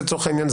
לצורך העניין,